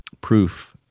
proof